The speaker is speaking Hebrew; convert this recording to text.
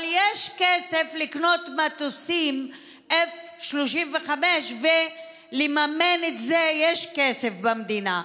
אבל יש כסף לקנות מטוסי F-35. כדי לממן את זה יש כסף במדינה,